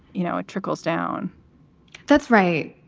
you know, it trickles down that's right.